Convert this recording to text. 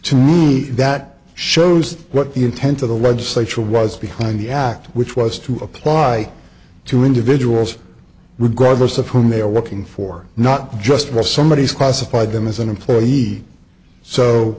me that shows why the intent of the legislature was behind the act which was to apply to individuals regardless of whom they are looking for not just where somebody is classified them as an employee so